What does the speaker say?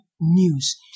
news